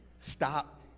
Stop